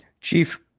Chief